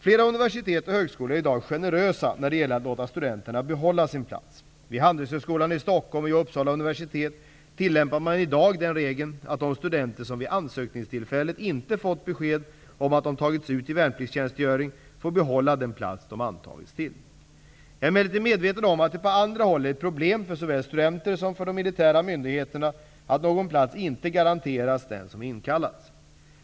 Flera universitet och högskolor är i dag generösa när det gäller att låta studenterna behålla sin plats. Uppsala universitet tillämpar man i dag den regeln att de studenter som vid ansökningstillfället inte fått besked om att de tagits ut till värnpliktstjänstgöring får behålla den plats de antagits till. Jag är emellertid medveten om att det på andra håll är ett problem för såväl studenter som för de militära myndigheterna att någon plats inte kan garanteras dem som inkallats.